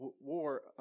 war